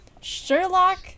Sherlock